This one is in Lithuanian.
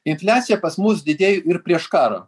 infliacija pas mus didė ir prieš karo